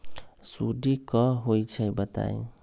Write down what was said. सुडी क होई छई बताई?